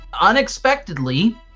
unexpectedly